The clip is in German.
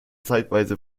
zeitweise